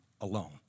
alone